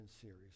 series